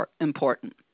important